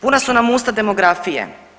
Puna su nam usta demografije.